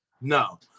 No